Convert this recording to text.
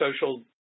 social